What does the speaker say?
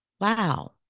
Wow